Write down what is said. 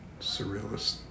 surrealist